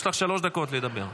יש לך שלוש דקות לדבר.